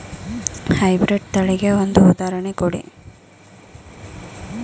High breed ತಳಿಗೆ ಒಂದು ಉದಾಹರಣೆ ಕೊಡಿ?